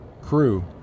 Crew